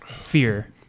fear